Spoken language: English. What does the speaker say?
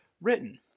written